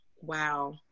Wow